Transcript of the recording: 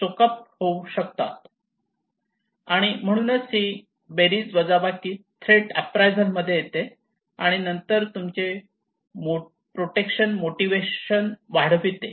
आणि म्हणून खरोखर ही बेरीज वजाबाकी थ्रेट अप्रायझल मध्ये येते आणि नंतर ते तुमचे प्रोटेक्शन मोटिवेशन वाढवते